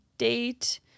date